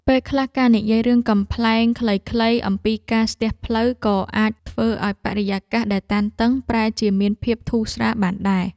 ពេលខ្លះការនិយាយរឿងកំប្លែងខ្លីៗអំពីការស្ទះផ្លូវក៏អាចធ្វើឱ្យបរិយាកាសដែលតានតឹងប្រែជាមានភាពធូរស្រាលបានដែរ។